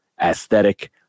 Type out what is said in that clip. aesthetic